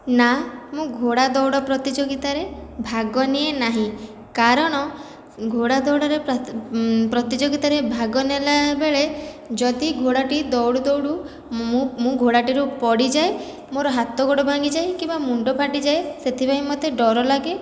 ନା ମୁଁ ଘୋଡ଼ା ଦୌଡ଼ ପ୍ରତିଯୋଗିତାରେ ଭାଗ ନିଏ ନାହିଁ କାରଣ ଘୋଡ଼ା ଦୌଡ଼ରେ ପ୍ରତିଯୋଗିତାରେ ଭାଗ ନେଲା ବେଳେ ଯଦି ଘୋଡ଼ାଟି ଦୌଡ଼ୁ ଦୌଡ଼ୁ ମୁଁ ମୁଁ ଘୋଡ଼ାଟିରୁ ପଡ଼ିଯାଏ ମୋର ହାତ ଗୋଡ଼ ଭାଙ୍ଗିଯାଏ କିମ୍ବା ମୁଣ୍ଡ ଫାଟିଯାଏ ସେଥିପାଇଁ ମୋତେ ଡର ଲାଗେ